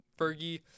Fergie